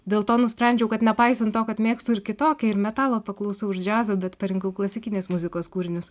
dėl to nusprendžiau kad nepaisant to kad mėgstu ir kitokią ir metalo paklausau ir džiazo bet parinkau klasikinės muzikos kūrinius